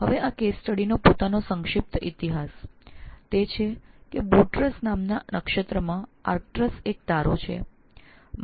હવે આ case study નો સંક્ષિપ્ત ઇતિહાસ એ છે કે બુર્ટ્સ નામના નક્ષત્રમાં આર્કટ્રસ એક તારો છે